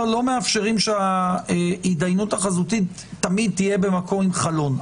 לא מאפשרים שההתדיינות החזותית תמיד תהיה במקום עם חלון,